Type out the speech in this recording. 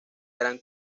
gran